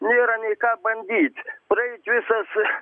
nėra nei ką bandyt praeit visas